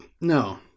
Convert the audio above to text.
No